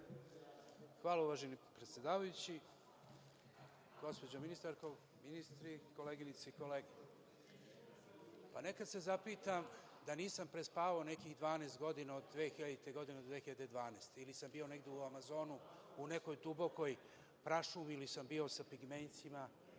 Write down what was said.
Hvala, uvaženi predsedavajući. Gospođo ministarko, ministri, koleginice i kolege, nekad se zapitam da nisam prespavao nekih 12 godina od 2000. do 2012. godine, ili sam bio negde u Amazonu, u nekoj dubokoj prašumi, ili sam bio sa